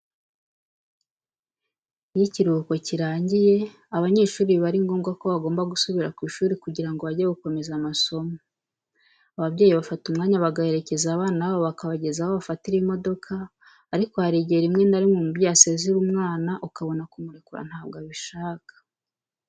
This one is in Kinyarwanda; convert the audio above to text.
Iyo ikiruhuko kirangiye abanyeshuri biba ari ngombwa ko bagomba gusubira ku ishuri kugira ngo bajye gukomeza amasomo. Ababyeyi bafata umwanya bagaherekeza abana babo bakabageza aho bafatira imodoka ariko hari igihe rimwe na rimwe umubyeyi asezera umwana ukabona kumurekura ntabwo abishaka.